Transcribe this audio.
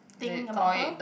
think about her